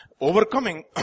overcoming